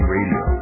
Radio